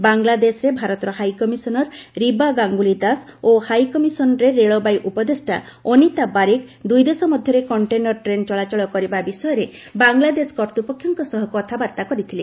ବାଂଲାଦେଶରେ ଭାରତର ହାଇକମିଶନର ରିବା ଗାଙ୍ଗୁଲି ଦାସ ଓ ହାଇକମିଶନରେ ରେଳବାଇ ଉପଦେଷ୍ଟା ଅନୀତା ବାରିକ ଦୂଇଦେଶ ମଧ୍ୟରେ କଣ୍ଟେନର ଟ୍ରେନ୍ ଚଳାଚଳ କରିବା ବିଷୟରେ ବାଂଲାଦେଶ କର୍ତ୍ତପକ୍ଷଙ୍କ ସହ କଥାବାର୍ତ୍ତା କରିଥିଲେ